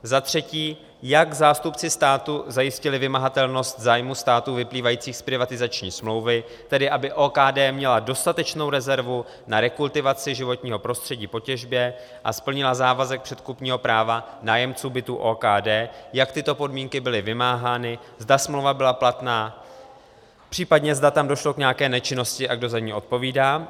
Za třetí jak zástupci státu zajistili vymahatelnost zájmu státu vyplývající z privatizační smlouvy, tedy aby OKD měla dostatečnou rezervu na rekultivaci životního prostředí po těžbě a splnila závazek předkupního práva nájemců bytů OKD, jak tyto podmínky byly vymáhány, zda smlouva byla platná, případně zda tam došlo k nějaké nečinnosti a kdo za ní odpovídá.